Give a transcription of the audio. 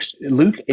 Luke